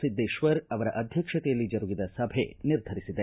ಸಿದ್ದೇಶ್ವರ್ ಅವರ ಅಧ್ಯಕ್ಷತೆಯಲ್ಲಿ ಜರುಗಿದ ಸಭೆ ನಿರ್ಧರಿಸಿದೆ